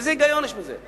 איזה היגיון יש בזה?